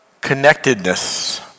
connectedness